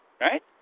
Right